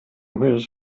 his